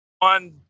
one